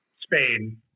Spain